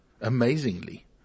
Amazingly